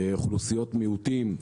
אוכלוסיות מיעוטים,